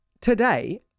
Today